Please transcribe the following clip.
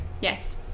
yes